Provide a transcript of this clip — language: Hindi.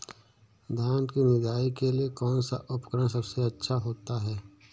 धान की निदाई के लिए कौन सा उपकरण सबसे अच्छा होता है?